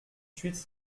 suite